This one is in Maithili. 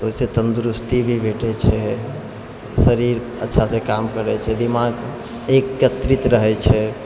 ओहिसँ तन्दूरुस्ती भी भेटै छै शरीर अच्छासँ काम करै छै दिमाग एकत्रित रहै छै